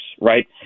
right